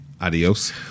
adios